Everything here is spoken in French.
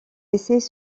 essais